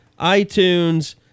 iTunes